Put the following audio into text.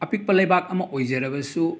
ꯑꯄꯤꯛꯄ ꯂꯩꯕꯥꯛ ꯑꯃ ꯑꯣꯏꯖꯔꯕꯁꯨ